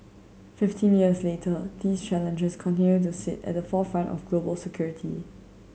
fifteen years later these challenges continue to sit at the forefront of global security